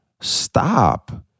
Stop